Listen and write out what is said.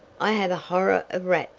i have a horror of